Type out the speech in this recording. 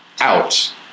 out